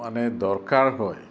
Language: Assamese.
মানে দৰকাৰ হয়